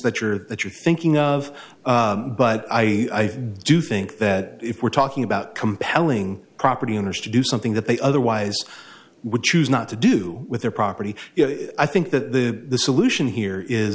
that you're that you're thinking of but i do think that if we're talking about compelling property owners to do something that they otherwise would choose not to do with their property i think that the solution here is